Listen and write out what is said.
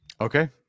Okay